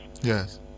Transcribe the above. Yes